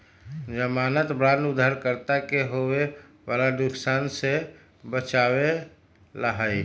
ज़मानत बांड उधारकर्ता के होवे वाला नुकसान से बचावे ला हई